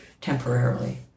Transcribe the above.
temporarily